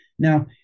Now